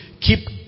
Keep